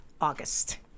august